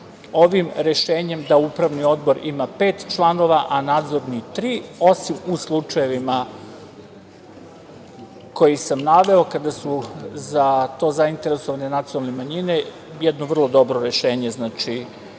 ovim rešenjem da upravni odbor ima pet članova a nadzorni tri, osim u slučajevima koje sam naveo, kada su za to zainteresovane nacionalne manjine, jedno vrlo dobro rešenje koje